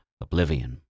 oblivion